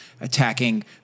attacking